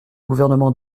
gouvernement